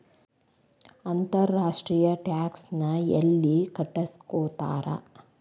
ಅಂತರ್ ರಾಷ್ಟ್ರೇಯ ಟ್ಯಾಕ್ಸ್ ನ ಯೆಲ್ಲಿ ಕಟ್ಟಸ್ಕೊತಾರ್?